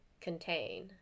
contain